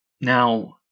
Now